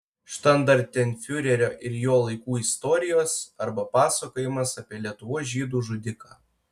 štandartenfiurerio ir jo laikų istorijos arba pasakojimas apie lietuvos žydų žudiką